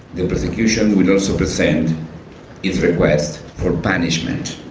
the prosecution will also present its requests for punishment,